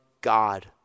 God